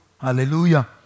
Hallelujah